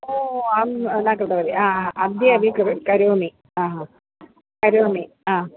ओ अहं न कृतवती अद्य अपि कृ करोमि आ हा करोमि हा